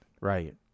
Right